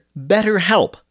BetterHelp